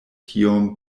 tiom